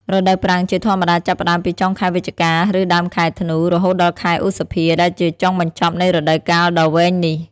រដូវប្រាំងជាធម្មតាចាប់ផ្ដើមពីចុងខែវិច្ឆិកា ឬដើមខែធ្នូ រហូតដល់ខែឧសភាដែលជាចុងបញ្ចប់នៃរដូវកាលដ៏វែងនេះ។